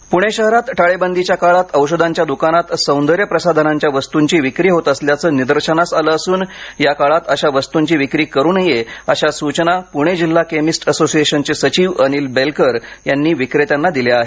वस्तू पुणे शहरात टाळेबंदीच्या काळात औषधांच्या द्कानात सौंदर्य प्रसाधनाच्या वस्तूंची विक्री होत असल्याचं निदर्शनास आलं असून या काळात अशा वस्तूंची विक्री करू नये अशा सूचना पुणे जिल्हा केमिस्ट असोसिएशनचे सचिव अनिल बेलकर यांनी विक्रेत्यांना दिल्या आल्या आहेत